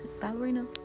ballerina